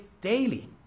daily